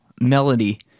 melody